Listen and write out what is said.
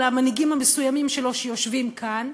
אלא המנהיגים המסוימים שלו שיושבים כאן,